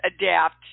adapt